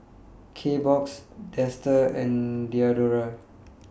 Kbox Dester and Diadora